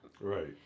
Right